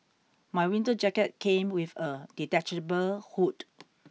my winter jacket came with a detachable hood